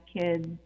kids